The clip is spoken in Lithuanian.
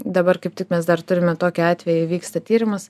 dabar kaip tik mes dar turime tokį atvejį vyksta tyrimas